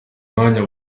mwanya